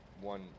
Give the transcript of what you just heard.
one